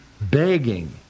begging